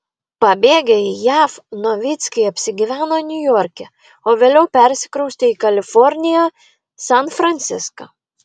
pabėgę į jav novickiai apsigyveno niujorke o vėliau persikraustė į kaliforniją san franciską